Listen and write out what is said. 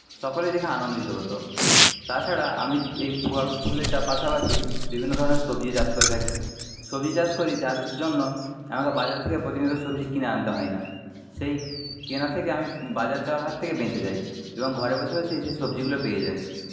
সকলে দেখে আনন্দিত হত তাছাড়া আমি এই ফল ফুলের পাশাপাশি বিভিন্ন ধরনের সবজি চাষ করে থাকি সবজি চাষ করি যার জন্য আমাকে বাজার থেকে প্রতিনিয়ত সবজি কিনে আনতে হয়না সেই কেনা থেকে আমি বাজার যাওয়ার হাত থেকে বেঁচে যাই এবং ঘরে বসে বসে সেই সবজিগুলো পেয়ে যাই